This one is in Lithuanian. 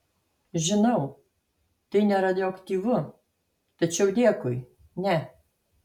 žinau tai neradioaktyvu tačiau dėkui ne